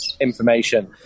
information